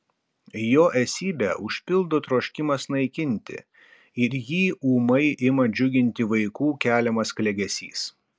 jo esybę užpildo troškimas naikinti ir jį ūmai ima džiuginti vaikų keliamas klegesys